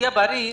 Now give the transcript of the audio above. שיהיה בריא,